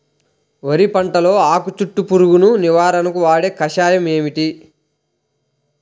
వరి పంటలో ఆకు చుట్టూ పురుగును నివారణకు వాడే కషాయం ఏమిటి?